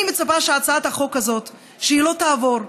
אני מצפה שהצעת החוק הזאת לא תעבור,